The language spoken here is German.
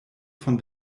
von